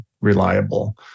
reliable